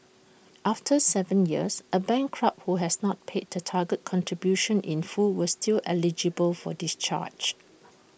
after Seven years A bankrupt who has not paid the target contribution in full will still eligible for discharge